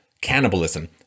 cannibalism